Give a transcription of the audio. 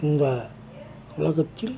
இந்த உலகத்தில்